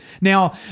Now